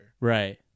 Right